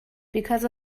because